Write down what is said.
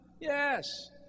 Yes